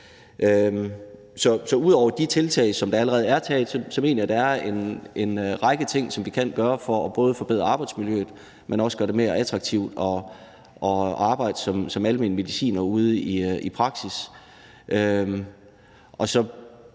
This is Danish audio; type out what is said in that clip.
Så ud over de tiltag, der allerede er taget, mener jeg at der er en række ting, som vi kan gøre for både at forbedre arbejdsmiljøet, men også gøre det mere attraktivt at arbejde som almen mediciner ude i praksis. Så